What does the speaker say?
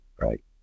right